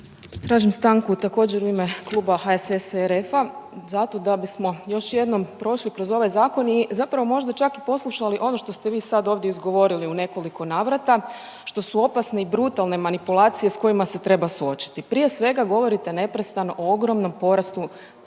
Tražim stanku također u ime Kluba HSS i RF-a zato da bismo još jednom prošli kroz ovaj zakon i zapravo možda čak i poslušali ono što ste vi sad ovdje izgovorili u nekoliko navrata, što su opasne i brutalne manipulacije s kojima se treba suočiti. Prije svega govorite neprestano o ogromnom porastu